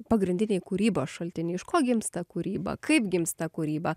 pagrindiniai kūrybos šaltiniai iš ko gimsta kūryba kaip gimsta kūryba